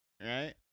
Right